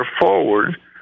forward